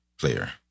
player